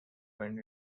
went